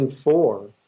four